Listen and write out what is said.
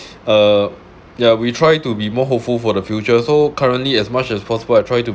uh yeah we try to be more hopeful for the future so currently as much as possible I try to